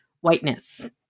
whiteness